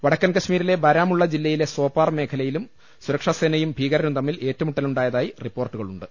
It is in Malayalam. വടക്കൻ കശ്മീരിലെ ബാരാമുള്ള ജില്ലയിലെ സോപോർ മേഖ ലയിലും സുരക്ഷാ സേനയും ഭീകരരും തമ്മിൽ ഏറ്റുമുട്ടലുണ്ടാ യതായി റിപ്പോർട്ടുകളുണ്ട്